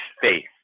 faith